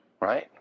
Right